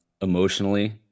emotionally